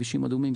כבישים אדומים,